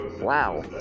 wow